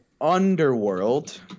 Underworld